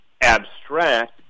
abstract